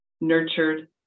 nurtured